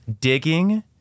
digging